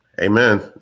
Amen